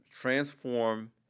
transform